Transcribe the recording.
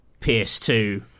PS2